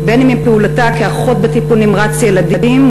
אם מפעילותה כאחות בטיפול נמרץ ילדים,